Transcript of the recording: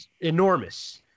enormous